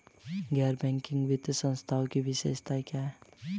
गैर बैंकिंग वित्तीय संस्थानों की विशेषताएं क्या हैं?